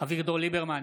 אביגדור ליברמן,